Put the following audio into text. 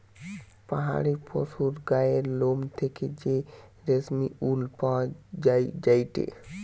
পাহাড়ি পশুর গায়ের লোম থেকে যে রেশমি উল পাওয়া যায়টে